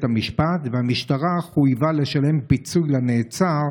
המשפט והמשטרה חויבה לשלם פיצוי לנעצר,